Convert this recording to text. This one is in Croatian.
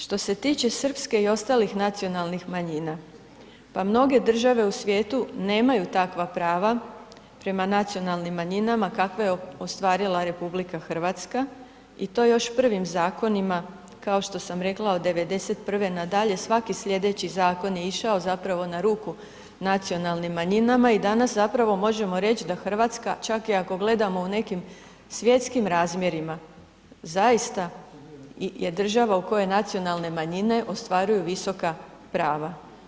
Što se tiče srpske i ostalih nacionalnih manjina, pa mnoge države u svijetu nemaju takva prava prema nacionalnim manjinama kakve je ostvarila RH i to je još prvim zakonima kao što sam rekla od '91. nadalje svaki slijedeći zakon je išao zapravo na ruku nacionalnim manjinama i danas zapravo možemo reći da Hrvatska čak i ako gledamo u nekim svjetskim razmjerima zaista je država u kojoj nacionalne manjine ostvaruju visoka prava.